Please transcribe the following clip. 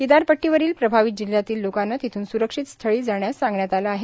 किनारपट्टीवरील प्रभावित जिल्हयातील लोकांना तिथून सुरक्षित स्थळी जाण्यास सांगण्यात आलं आहे